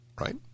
Right